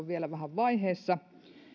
vielä vähän vaiheessa